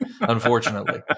unfortunately